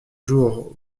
jours